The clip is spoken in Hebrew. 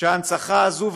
שההנצחה הזאת,